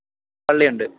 പള്ളി ഉണ്ട്